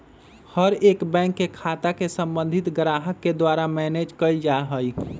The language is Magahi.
हर एक बैंक के खाता के सम्बन्धित ग्राहक के द्वारा मैनेज कइल जा हई